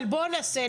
אבל בוא נעשה,